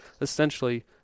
essentially